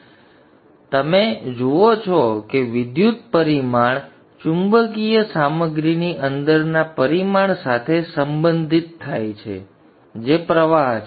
તેથી તમે જુઓ છો કે વિદ્યુત પરિમાણ ચુંબકીય સામગ્રીની અંદરના પરિમાણ સાથે સંબંધિત થાય છે જે પ્રવાહ છે